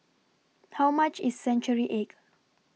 How much IS Century Egg